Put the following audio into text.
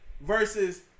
versus